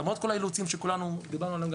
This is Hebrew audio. למרות כל האילוצים שדיברנו עליהם גם